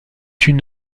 une